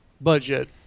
budget